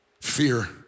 Fear